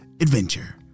adventure